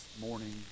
morning